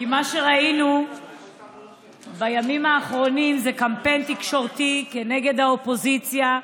מה שראינו בימים האחרונים זה קמפיין תקשורתי כנגד האופוזיציה,